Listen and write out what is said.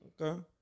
okay